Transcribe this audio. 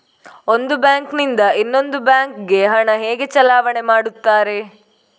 ಒಂದು ಬ್ಯಾಂಕ್ ನಿಂದ ಇನ್ನೊಂದು ಬ್ಯಾಂಕ್ ಗೆ ಹಣ ಹೇಗೆ ಚಲಾವಣೆ ಮಾಡುತ್ತಾರೆ?